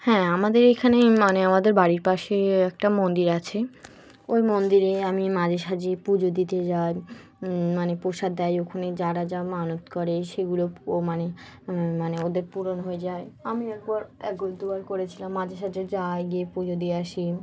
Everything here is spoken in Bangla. হ্যাঁ আমাদের এখানে মানে আমাদের বাড়ির পাশে একটা মন্দির আছে ওই মন্দিরে আমি মাঝে সাঝে পুজো দিতে যাই মানে প্রসাদ দেয় ওখানে যারা যা মানত করে সেগুলো ও মানে মানে ওদের পূরণ হয়ে যায় আমি একবার একবারো দুবার করেছিলাম মাঝে সাাজে যায় গিয়ে পুজো দিয়ে আসি